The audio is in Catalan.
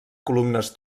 columnes